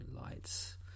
lights